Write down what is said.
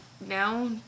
now